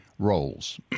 roles